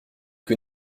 que